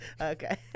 Okay